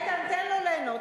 תן לו ליהנות.